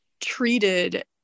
treated